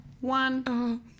One